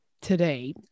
today